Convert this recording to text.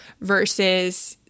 versus